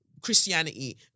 Christianity